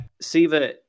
Siva